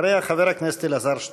אחריה, חבר הכנסת אלעזר שטרן.